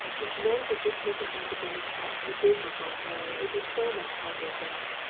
if men would just make an end of women's hearts in a businesslike way, it would be so much kinder of them.